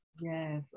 yes